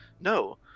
no